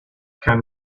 can